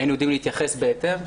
היינו יודעים להתייחס בהתאם.